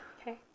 okay